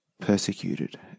persecuted